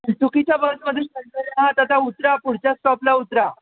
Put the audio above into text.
चुकीच्या बसमध्ये चढलेले आहात आता उतरा पुढच्या स्टॉपला उतरा